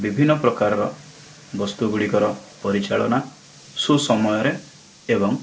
ବିଭିନ୍ନ ପ୍ରକାରର ବସ୍ତୁ ଗୁଡ଼ିକର ପରିଚାଳନା ସୁସମୟରେ ଏବଂ